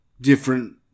different